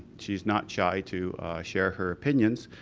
she's not shy to share her opinions,